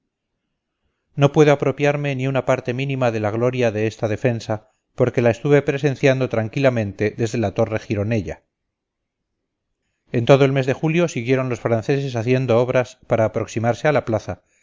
no puedo apropiarme ni una parte mínima de la gloria de esta defensa porque la estuve presenciando tranquilamente desde la torre gironella en todo el mes de julio siguieron los franceses haciendo obras para aproximarse a la plaza